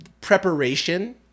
preparation